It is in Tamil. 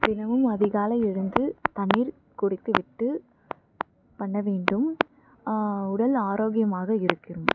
தினமும் அதிகாலை எழுந்து தண்ணீர் குடித்து விட்டு பண்ண வேண்டும் உடல் ஆரோக்கியமாக இருக்குரும்